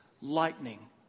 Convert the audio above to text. lightning